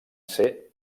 ser